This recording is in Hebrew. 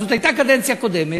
זאת הייתה הקדנציה הקודמת,